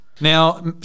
Now